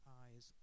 eyes